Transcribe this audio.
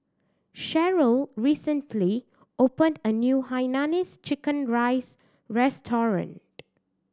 Sheryll recently opened a new hainanese chicken rice restaurant